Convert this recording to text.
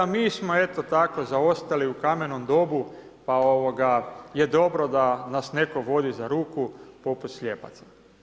A mi smo eto tako zaostali u kamenom dobu je dobro da nas netko vodi za ruku poput slijepaca.